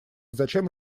зачем